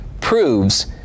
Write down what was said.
proves